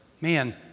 man